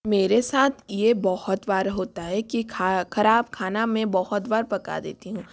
मेरे साथ ये बहुत बार होता है कि खराब खाना मैं बहुत बार पका देती हूँ